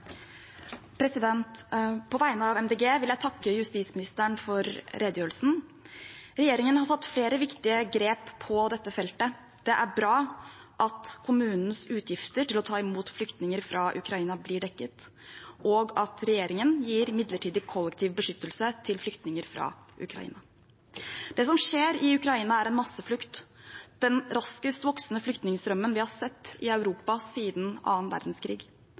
På vegne på Miljøpartiet De Grønne vil jeg takke justisministeren for redegjørelsen. Regjeringen har tatt flere viktige grep på dette feltet. Det er bra at kommunenes utgifter til å ta imot flyktninger fra Ukraina blir dekket, og at regjeringen gir midlertidig kollektiv beskyttelse til flyktninger fra Ukraina. Det som skjer i Ukraina, er en masseflukt – den raskest voksende flyktningstrømmen vi har sett i Europa siden andre verdenskrig.